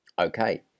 Okay